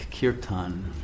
Kirtan